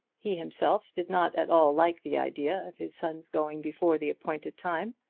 he himself did not at all like the idea of his son's going before the appointed time,